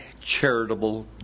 charitable